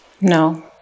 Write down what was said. No